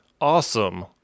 awesome